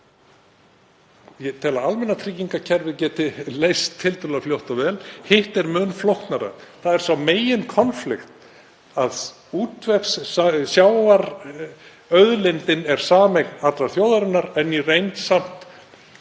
Ég tel að almannatryggingakerfið getum við leyst tiltölulega fljótt og vel. Hitt er mun flóknara. Það er það megin-konflikt að útvegssjávarauðlindin er sameign allrar þjóðarinnar en í reynd samt